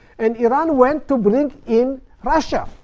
and iran went to bring in russia.